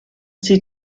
sie